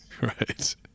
Right